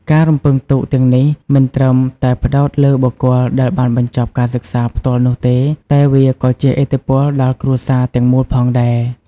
ការរំពឹងទុកទាំងនេះមិនត្រឹមតែផ្តោតលើបុគ្គលដែលបានបញ្ចប់ការសិក្សាផ្ទាល់នោះទេ តែវាក៏ជះឥទ្ធិពលដល់គ្រួសារទាំងមូលផងដែរ។